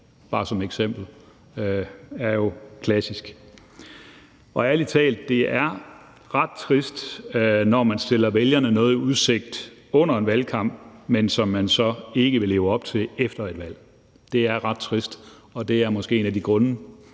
bare som eksempel, er jo klassisk. Det er ærlig talt ret trist, når man stiller vælgerne noget i udsigt under en valgkamp, men som man så ikke vil leve op til efter et valg. Det er ret trist, og det er måske en af de grunde,